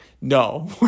no